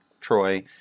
troy